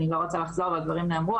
אני לא רוצה לחזור הדברים נאמרו,